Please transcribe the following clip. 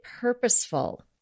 purposeful